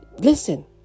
Listen